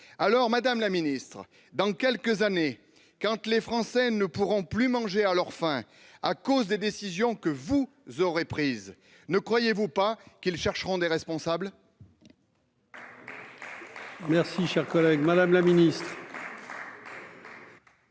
Alors, madame la secrétaire d'État, dans quelques années, quand les Français ne pourront plus manger à leur faim à cause des décisions que vous aurez prises, ne croyez-vous pas qu'ils chercheront des responsables ?